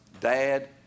dad